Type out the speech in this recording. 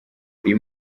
uyu